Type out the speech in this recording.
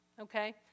Okay